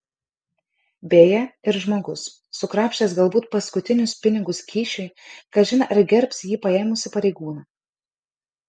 beje ir žmogus sukrapštęs galbūt paskutinius pinigus kyšiui kažin ar gerbs jį paėmusį pareigūną